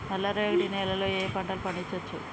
నల్లరేగడి నేల లో ఏ ఏ పంట లు పండించచ్చు?